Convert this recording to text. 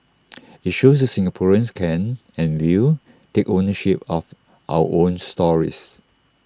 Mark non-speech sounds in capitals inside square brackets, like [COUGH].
[NOISE] IT shows that Singaporeans can and will take ownership of our own stories